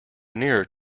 nearer